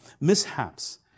mishaps